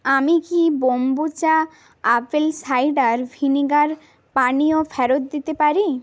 আমি কি kombucha apple cider vinegar পানীয় ফেরত দিতে পারি